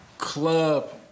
club